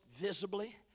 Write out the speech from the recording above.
visibly